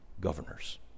governors